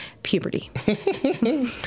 puberty